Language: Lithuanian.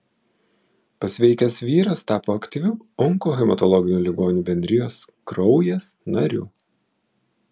pasveikęs vyras tapo aktyviu onkohematologinių ligonių bendrijos kraujas nariu